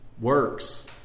Works